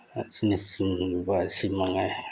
ꯑꯁꯤꯅꯆꯤꯡꯕ ꯑꯁꯤꯃꯉꯥꯏ